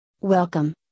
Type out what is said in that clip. welcome